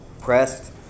pressed